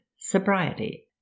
sobriety